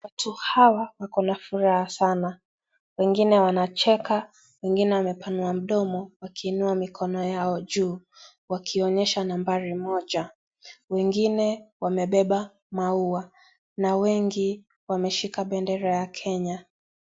Watu hawa wako na furaha sana, wengine wanacheka, wengine wamepanua midomo wakiinua mikono yao juu wakionyesha nambari moja, wengine wamebeba maua, na wengi wameshika bendera ya Kenya.